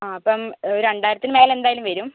ആ അപ്പോൾ രണ്ടായിരത്തിന് മേലെ എന്തായാലും വരും